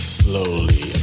slowly